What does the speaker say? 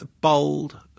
bold